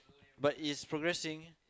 but it's progressing